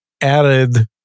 added